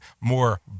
more